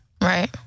Right